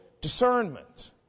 discernment